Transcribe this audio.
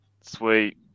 Sweet